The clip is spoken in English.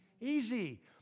easy